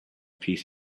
peace